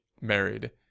married